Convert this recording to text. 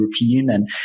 European